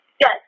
Yes